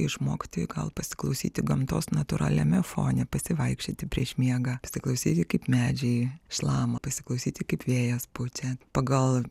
išmokti gal pasiklausyti gamtos natūraliame fone pasivaikščioti prieš miegą pasiklausyti kaip medžiai šlama pasiklausyti kaip vėjas pučia pagal